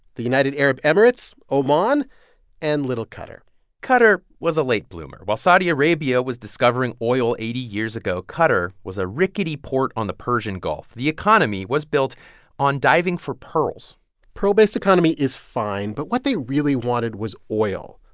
the united arab emirates, oman and little qatar qatar was a late bloomer. while saudi arabia was discovering oil eighty years ago, qatar was a rickety port on the persian gulf. the economy was built on diving for pearls a pearl-based economy is fine. but what they really wanted was oil,